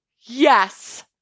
Yes